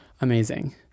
Amazing